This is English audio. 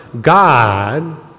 God